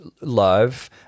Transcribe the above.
love